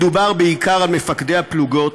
מדובר בעיקר על מפקדי הפלוגות,